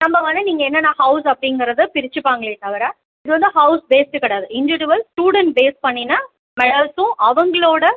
நம்ம வந்து நீங்கள் என்னென்ன ஹவுஸ் அப்படிங்கிறத பிரிச்சுப்பாங்களே தவிர இது வந்து ஹவுஸ் பேஸுடு கிடையாது இண்டிஜுவல் ஸ்டூடண்ட் பேஸ் பண்ணின மெடல்ஸும் அவங்களோடய